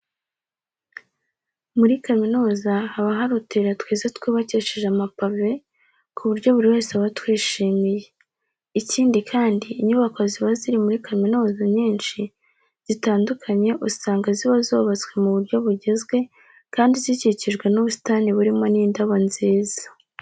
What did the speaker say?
Muri kaminuza haba hari utuyira twiza twubakishije amapave ku buryo buri wese aba atwishimiye. Ikindi kandi inyubako ziba ziri muri za kaminuza nyinshi zitandukanye usanga ziba zubatswe mu buryo bugezwe kandi zikikijwe n'ubusitani burimo n'indabo nziza.